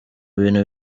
bintu